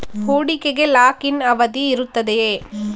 ಹೂಡಿಕೆಗೆ lock in ಅವಧಿ ಇರುತ್ತದೆಯೇ?